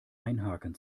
einhaken